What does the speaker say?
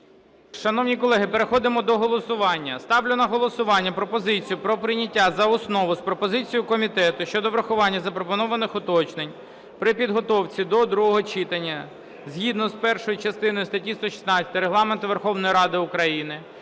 Шановні колеги, переходимо до голосування. Ставлю на голосування пропозицію про прийняття за основу з пропозицією комітету щодо врахування запропонованих уточнень при підготовці до другого читання згідно першої частини статті 116 Регламенту Верховної Ради України